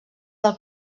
del